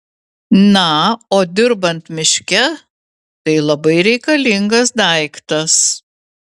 na o dirbant miške tai labai reikalingas daiktas